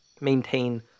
maintain